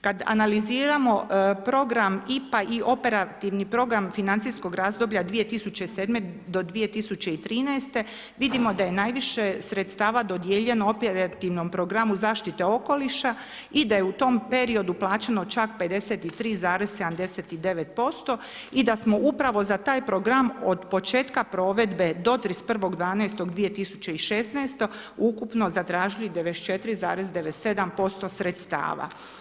Kad analiziramo program IPA i operativni program financijskog razdoblja 2007. do 2013. vidimo da je najviše sredstava dodijeljeno operativnom programu zaštite okoliša i da je u tom periodu plaćeno čak 53,79% i da smo upravo za taj program od početka provedbe do 31.12.2016. ukupno zatražili 94,97% sredstava.